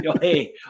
Hey